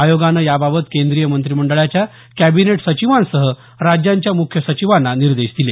आयोगानं याबाबत केंद्रीय मंत्रीमंडळाच्या कॅबिनेट सचिवांसह राज्यांच्या मुख्य सचिवांना निर्देश दिले